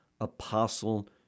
apostle